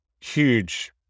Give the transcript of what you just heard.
huge